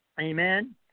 Amen